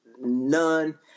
none